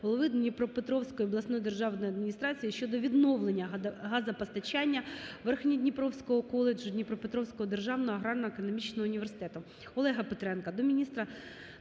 Дніпропетровської обласної державної адміністрації щодо відновлення газопостачання Верхньодніпровського коледжу Дніпропетровського державного аграрно-економічного університету.